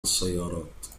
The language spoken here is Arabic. السيارات